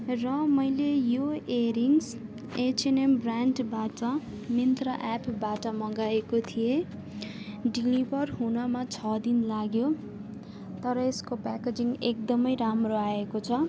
र मैले यो एरिङ्स एचएनएम बान्डबाट मिन्त्रा एपबाट मगाएको थिएँ डेलिभर हुनमा छ दिन लाग्यो तर यसको प्याकेजिङ एकदमै राम्रो आएको छ